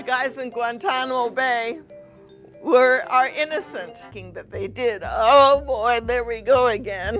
the guys in guantanamo bay were are innocent thing that they did oh boy there we go again